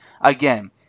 Again